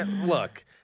Look